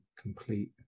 complete